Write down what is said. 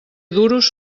duros